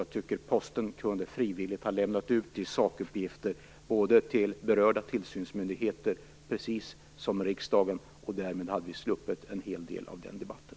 Jag tycker att Posten frivilligt kunde ha lämnat ut en del sakuppgifter, bl.a. till sådana berörda tillsynsmyndigheter som riksdagen. Därmed hade vi sluppit stora delar av den debatten.